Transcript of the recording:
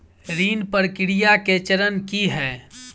ऋण प्रक्रिया केँ चरण की है?